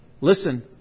Listen